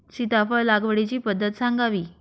सीताफळ लागवडीची पद्धत सांगावी?